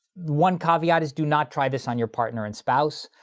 one caveat is do not try this on your partner and spouse,